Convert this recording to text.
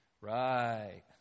Right